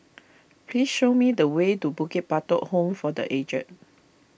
please show me the way to Bukit Batok Home for the Aged